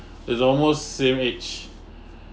is almost same age